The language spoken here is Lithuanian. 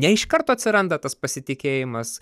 ne iš karto atsiranda tas pasitikėjimas